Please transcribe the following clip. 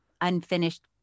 unfinished